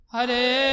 Hare